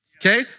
Okay